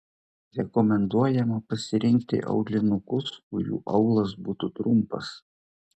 rekomenduojama pasirinkti aulinukus kurių aulas būtų trumpas